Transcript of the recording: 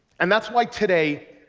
and that's why, today,